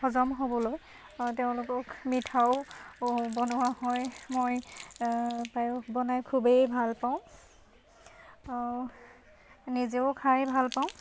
হজম হ'বলৈ তেওঁলোকক মিঠাও বনোৱা হয় মই পায়স বনাই খুবেই ভাল পাওঁ নিজেও খাই ভাল পাওঁ